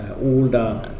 older